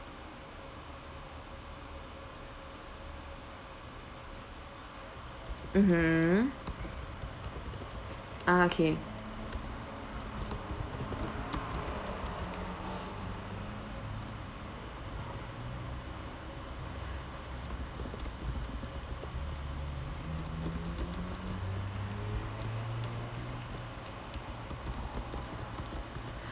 mmhmm okay